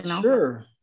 Sure